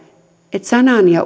että sanan ja